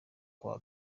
kuwa